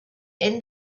end